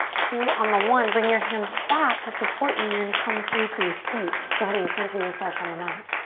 two, on the one, bring your hands back to support you. you're gonna come through to a seat. go ahead and center yourself on the mat.